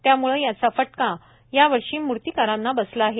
त्याम्ळे याचा फटका या वर्षी मूर्तिकारांना बसला आहे